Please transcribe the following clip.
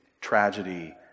tragedy